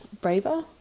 braver